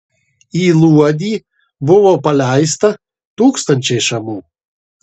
į luodį buvo paleista tūkstančiai šamų